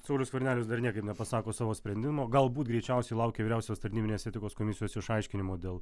saulius skvernelis dar niekaip nepasako savo sprendimo galbūt greičiausiai laukia vyriausios tarnybinės etikos komisijos išaiškinimo dėl